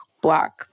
Black